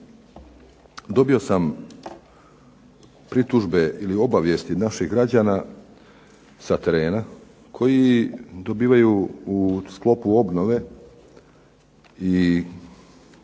dobio sam pritužbe ili obavijesti naših građana sa terena koji dobivaju u sklopu obnove i građenja